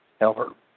Albert